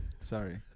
Sorry